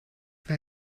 war